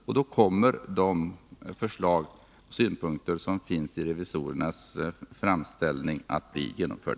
I så fall kommer förslagen och synpunkterna i revisorernas Nr 33